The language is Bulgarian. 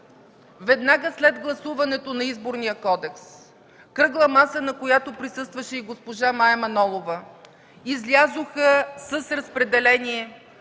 веднага след гласуването на Изборния кодекс, кръгла маса, на която присъстваше и госпожа Мая Манолова, излязоха с разпределение,